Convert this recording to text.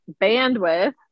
bandwidth